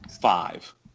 five